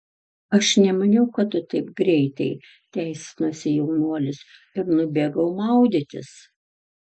aš nemaniau kad tu taip greitai teisinosi jaunuolis ir nubėgau maudytis